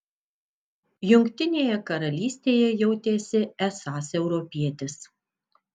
jungtinėje karalystėje jautėsi esąs europietis